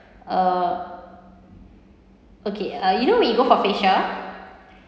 uh okay uh you know when you go for facial